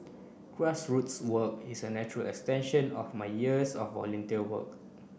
grassroots work is a natural extension of my years of volunteer work